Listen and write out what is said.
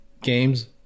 games